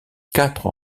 quatre